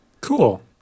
cool